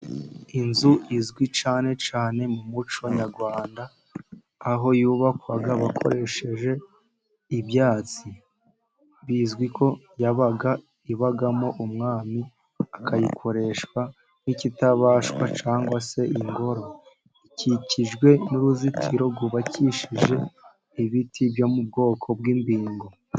Inzu izwi cyane cyane mu muco nyarwanda aho yubakwaga bakoresheje ibyatsi, bizwi ko yabaga ibamo umwami akayikoresha nk'ikitabashwa cyangwa se ingoro ikikijwe n'uruzitiro rwubakishije ibiti byo mu bwoko bw'imbingo.